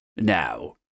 Now